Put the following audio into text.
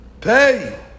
pay